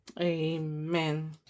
Amen